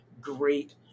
great